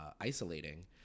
isolating